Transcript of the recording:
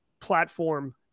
platform